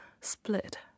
split